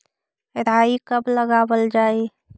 राई कब लगावल जाई?